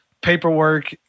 paperwork